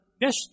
Yes